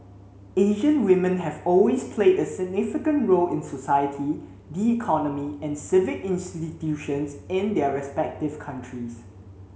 Asian women have always played a significant role in society the economy and civic institutions in their respective countries